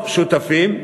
טוב, שותפים.